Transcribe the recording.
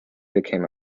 became